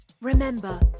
Remember